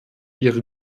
ihre